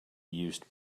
used